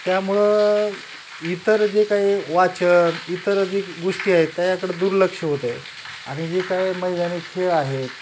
त्यामुळं इतर जे काही वाचन इतर जी गोष्टी आहेत त्याच्याकडं दुर्लक्ष होत आहे आणि जे काय मैदानी खेळ आहेत